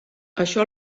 això